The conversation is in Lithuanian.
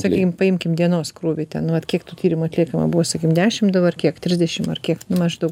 sakykim paimkim dienos krūvį ten nu vat kiek tų tyrimų atliekama buvo sakykim dešim dabar kiek trisdešim ar kiek nu maždaug